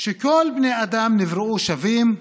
כל בני האדם נבראו שווים,